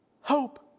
hope